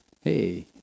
hey